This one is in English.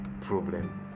Problem